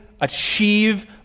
achieve